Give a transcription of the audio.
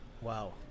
Wow